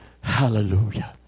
Hallelujah